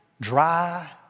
dry